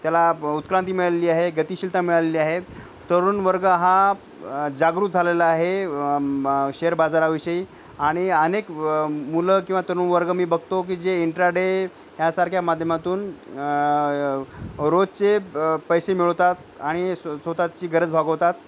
त्याला ब उत्क्रांती मिळालेली आहे गतिशीलता मिळालेली आहे तरुण वर्ग हा जागरूक झालेला आहे म शेअर बाजाराविषयी आणि अनेक मुलं किंवा तरुण वर्ग मी बघतो की जे इंट्राडे यासारख्या माध्यमातून रोजचे ब पैसे मिळवतात आणि स् स्वतःची गरज भागवतात